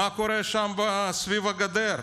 מה קורה שם סביב הגדר,